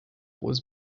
was